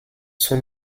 sont